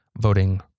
voting